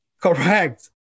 correct